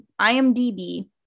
imdb